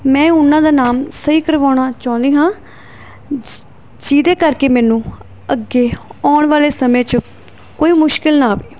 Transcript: ਮੈਂ ਉਹਨਾਂ ਦਾ ਨਾਮ ਸਹੀ ਕਰਵਾਉਣਾ ਚਾਹੁੰਦੀ ਹਾਂ ਜਿ ਜਿਹਦੇ ਕਰਕੇ ਮੈਨੂੰ ਅੱਗੇ ਆਉਣ ਵਾਲੇ ਸਮੇਂ 'ਚ ਕੋਈ ਮੁਸ਼ਕਲ ਨਾ ਆਵੇ